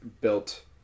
built